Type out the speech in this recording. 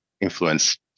influence